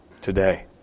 today